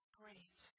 great